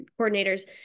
coordinators